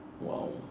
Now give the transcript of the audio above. !wow!